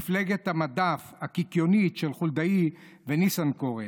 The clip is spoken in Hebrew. מפלגת המדף הקיקיונית של חולדאי וניסנקורן.